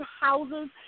houses